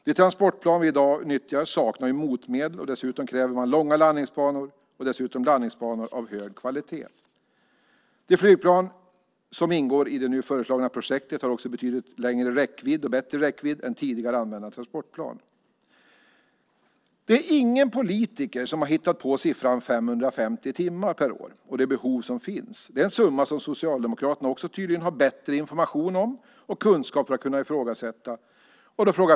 De transportplan som vi i dag nyttjar saknar motmedel. De kräver långa landningsbanor - dessutom landningsbanor av hög kvalitet. De flygplan som ingår i det nu föreslagna projektet har en betydligt längre och bättre räckvidd än tidigare använda transportplan. Ingen politiker har hittat på detta med 550 timmar per år och de behov som finns. Den summan har Socialdemokraterna tydligen bättre information och kunskap om för att kunna ifrågasätta.